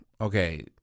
okay